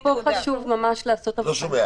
פה חשוב ממש לעשות אבחנה.